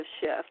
shift